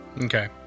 Okay